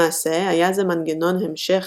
למעשה היה זה מנגנון המשך,